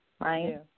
right